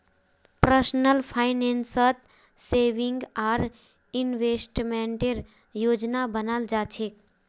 personal फाइनेंसत saving आर इन्वेस्टमेंटेर योजना बनाल जा छेक